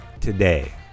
today